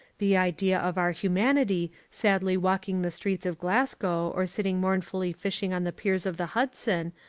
the idea of our humanity sadly walking the streets of glasgow or sitting mournfully fishing on the piers of the hudson,